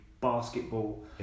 basketball